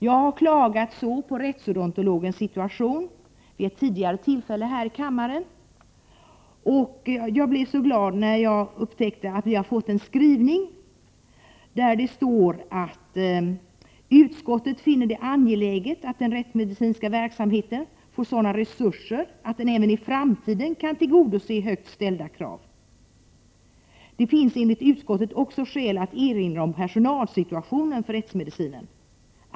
Vid ett tidigare tillfälle klagade jag på rättsodontologens situation, och jag blev så glad när jag upptäckte att utskottet skriver: ”Utskottet finner det angeläget att den rättsmedicinska verksamheten får sådana resurser att den även i framtiden kan tillgodose högt ställda krav. Det finns enligt utskottet också skäl att erinra om personalsituationen för rättsmedicinen.